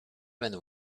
będę